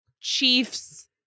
Chiefs